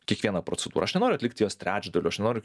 kiekvieną procedūrą aš nenoriu atlikti jos trečdaliu aš nenoriu